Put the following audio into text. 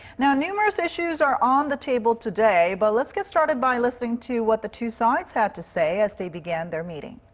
numerous issues are on the table today. but let's get started by listening to what the two sides had to say. as they began their meeting.